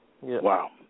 Wow